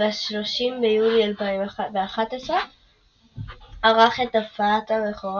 וב-30 ביולי 2011 ערך את הופעת הבכורה